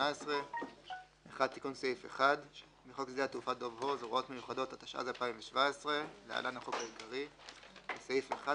סעיף 54. בסעיף 5 לחוק העיקרי, במקום "לפי סעיפים